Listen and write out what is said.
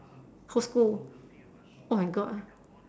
whole school oh my god ah